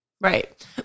right